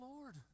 lord